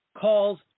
calls